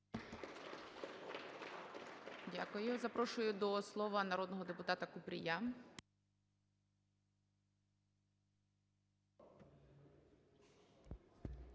Дякую. Запрошую до слова народного депутата Купрія.